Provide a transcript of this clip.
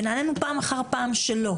ונענינו פעם אחר פעם שלא.